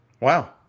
Wow